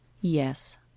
Yes